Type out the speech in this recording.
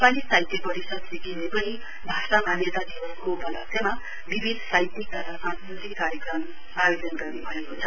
नेपाली साहित्य परिषद सिक्किमले पनि भाषा मान्यता दिवसको उपलक्ष्यमा विविध साहित्यिक तथा सांस्कृतिक कार्यक्रम आयोजन गर्ने भएको छ